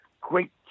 great